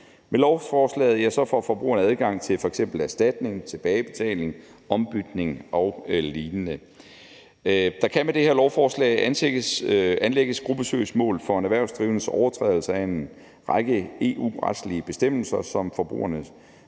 Med lovforslaget får forbrugerne adgang til f.eks. erstatning, tilbagebetaling, ombytning og lignende. Der kan ifølge med det her lovforslag anlægges gruppesøgsmål ved en erhvervsdrivendes overtrædelse af en række EU-retslige bestemmelser, som forbrugernes